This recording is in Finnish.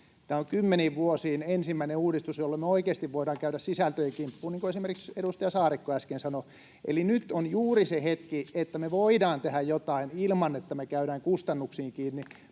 Tämä on kymmeniin vuosiin ensimmäinen uudistus, jolla me oikeasti voidaan käydä sisältöjen kimppuun, niin kuin esimerkiksi edustaja Saarikko äsken sanoi. Eli nyt on juuri se hetki, että me voidaan tehdä jotain ilman, että me käydään kustannuksiin kiinni.